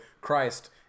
Christ